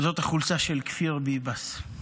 זאת החולצה של כפיר ביבס.